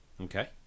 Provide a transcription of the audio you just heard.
Okay